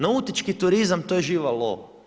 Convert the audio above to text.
Nautički turizam to je živa lova.